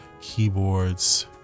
keyboards